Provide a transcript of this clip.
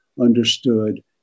understood